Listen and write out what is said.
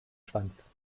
schwanz